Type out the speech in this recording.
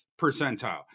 percentile